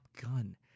Gun